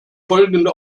folgende